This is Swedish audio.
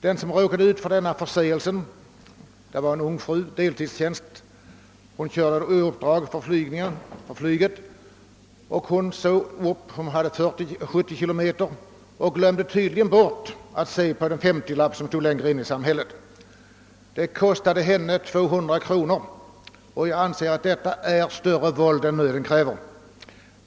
Den som råkade begå denna förseelse var en ung fru med deltidstjänst hos flyget som körde på dess uppdrag. Hon höll 70 km/tim och glömde tydligen bort att se den 50-skylt som stod längre in i samhället. Det kostade henne 200 kronor. Jag anser att detta är större våld än nöden kräver.